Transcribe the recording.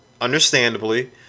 understandably